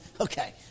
Okay